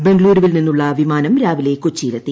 ബംഗളൂരുവിൽ നിന്നുള്ള വിമാനം രാവിലെ കൊച്ചിയിലെത്തി